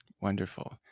Wonderful